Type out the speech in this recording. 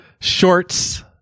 shorts